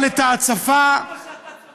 אבל את ההצפה, כמה שיותר, יותר טוב.